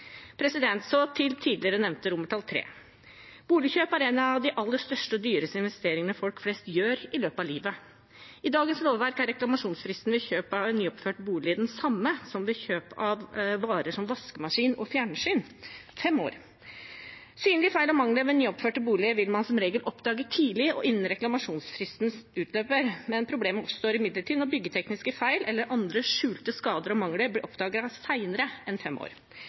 Så til tidligere nevnte III i tilrådingen: Boligkjøp er en av de aller største og dyreste investeringene folk flest gjør i løpet av livet sitt. I dagens lovverk er reklamasjonsfristen ved kjøp av en nyoppført bolig den samme som ved kjøp av varer som vaskemaskin og fjernsyn: fem år. Synlige feil og mangler ved nyoppførte boliger vil man som regel oppdage tidlig og innen reklamasjonsfristen utløper. Problemet oppstår imidlertid når byggetekniske feil eller andre skjulte skader og mangler blir oppdaget senere enn fem år